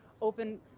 open